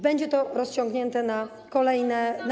Będzie to rozciągnięte na kolejne lata.